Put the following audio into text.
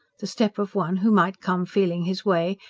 the step of one who might come feeling his way.